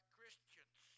Christians